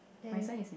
then